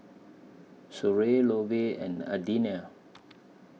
Soren Lovey and Adelinia